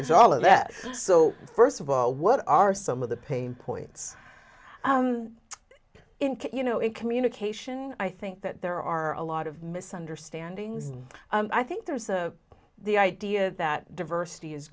package all of that so first of all what are some of the pain points you know in communication i think that there are a lot of misunderstandings and i think there's a the idea that diversity is